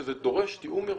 שזה דורש תיאום מראש.